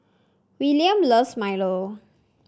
Willaim loves Milo